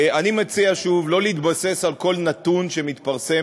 אני מציע שוב לא להתבסס על כל נתון שמתפרסם